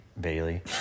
Bailey